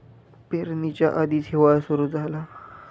पेरणीच्या आधीच हिवाळा सुरू झाला